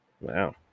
Wow